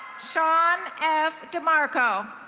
sean f demarco.